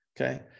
Okay